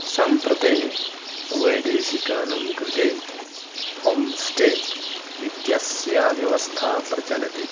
साम्प्रते वैदेशिकानां कृते होम् स्टे इत्यस्य व्यवस्था प्रचलति